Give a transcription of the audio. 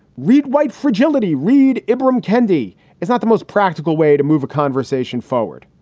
reed white fragility, reed ibrahim kendy is not the most practical way to move a conversation forward.